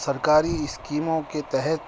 سرکاری اسکیموں کے تحت